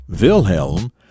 Wilhelm